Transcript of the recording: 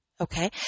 okay